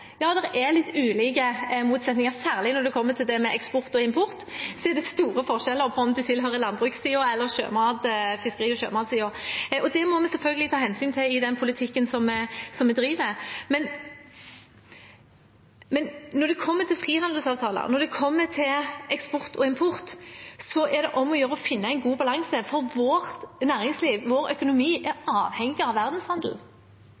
er litt ulike motsetninger. Særlig når man kommer til eksport og import, er det store forskjeller på om man tilhører landbrukssiden eller fiskeri- og sjømatsiden. Det må vi selvfølgelig ta hensyn til i den politikken vi driver. Når det kommer til frihandelsavtaler, når det kommer til eksport og import, så er det om å gjøre å finne en god balanse, for vårt næringsliv, vår økonomi,